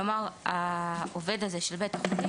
כלומר העובד הזה של בית החולים,